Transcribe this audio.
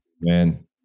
Man